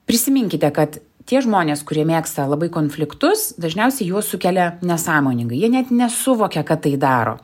prisiminkite kad tie žmonės kurie mėgsta labai konfliktus dažniausiai juos sukelia nesąmoningai jie net nesuvokia kad tai daro